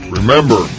Remember